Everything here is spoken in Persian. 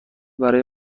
برای